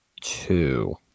two